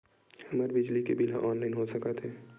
हमर बिजली के बिल ह ऑनलाइन हो सकत हे?